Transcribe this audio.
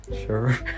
Sure